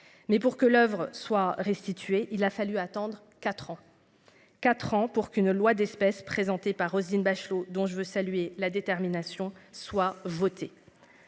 mais pour que l'oeuvre soit restituée. Il a fallu attendre 4 ans. 4 ans pour qu'une loi d'espèces présenté par Roselyne Bachelot dont je veux saluer la détermination soit votée.